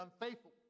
unfaithful